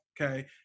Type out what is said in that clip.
okay